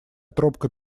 тропка